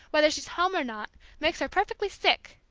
whether she's home or not, makes her perfectly sick!